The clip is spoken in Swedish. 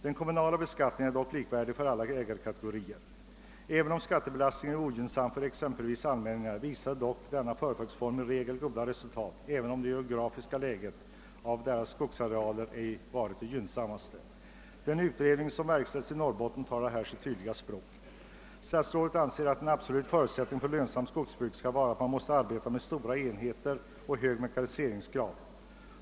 Den kommunala beskattningen är dock lika för alla ägarkategorier. Även om skattebelastningen är ogynnsammare för exempelvis allmänningarna visar dock denna företagsform i regel goda resultat, trots att det geografiska läget av deras skogsarealer ej varit det bästa. Den utredning som verkställts i Norrbotten talar här sitt tydliga språk. Statsrådet anser att en absolut förutsättning för lönsamt skogsbruk skall vara att man arbetar med stora enheter och hög mekaniseringsgrad.